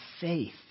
faith